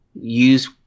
use